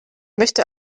möchte